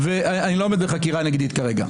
אני לא עומד בחקירה נגדית כרגע.